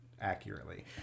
accurately